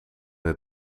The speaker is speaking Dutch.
het